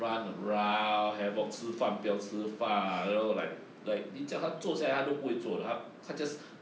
run around havelock 吃饭不要吃饭 you know like like 你叫他坐下来他都不会坐的他